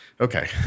Okay